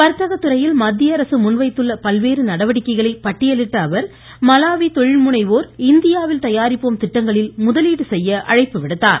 வர்த்தக துறையில் மத்தியஅரசு பல்வேறு நடவடிக்கைகளை பட்டியலிட்ட அவர் மலாவி தொழில் முனைவோர் இந்தியாவில் தயாரிப்போம் திட்டங்களில் முதலீடு செய்ய அழைப்பு விடுத்தார்